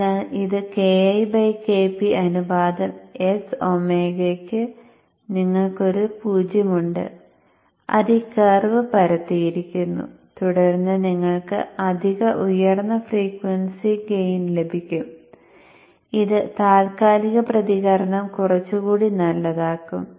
അതിനാൽ ഈ Ki Kp അനുപാതം s ω ന് നിങ്ങൾക്ക് ഒരു 0 ഉണ്ട് അത് ഈ കർവ് പരത്തിയിരിക്കുന്നു തുടർന്ന് നിങ്ങൾക്ക് അധിക ഉയർന്ന ഫ്രീക്വൻസി ഗെയിൻ ലഭിക്കും ഇത് താൽക്കാലിക പ്രതികരണം കുറച്ചുകൂടി നല്ലതാക്കും